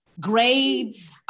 grades